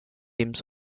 teams